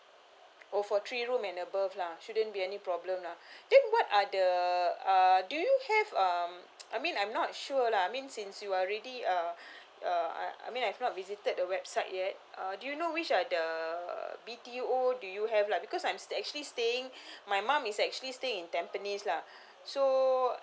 oh for three room and above lah shouldn't be any problem lah then what are the uh do you have um I mean I'm not sure lah I mean since you already uh uh I I mean I have not visited the website yet uh do you know which are the B_T_O do you have lah because I'm actually staying my mum is actually staying in tampines lah